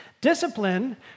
Discipline